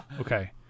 Okay